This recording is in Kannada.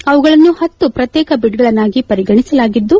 ಅವುಗಳನ್ನು ಪತ್ತು ಪ್ರತ್ಯೇಕ ಬಿಡ್ಗಳನ್ನಾಗಿ ಪರಿಗಣಿಸಲಾಗಿದ್ದು